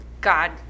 God